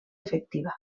efectiva